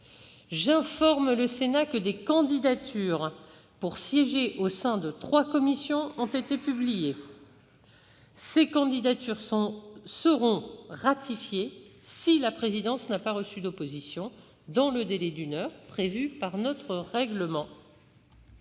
J'informe le Sénat que des candidatures pour siéger au sein de trois commissions ont été publiées. Ces candidatures seront ratifiées si la présidence n'a pas reçu d'opposition dans le délai d'une heure prévu par notre règlement.